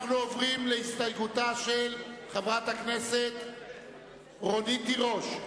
אנחנו עוברים להסתייגותה של חברת הכנסת רונית תירוש.